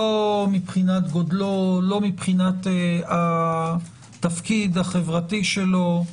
לא מבחינת גודלו, לא מבחינת התפקיד החברתי שלו,